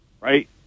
Right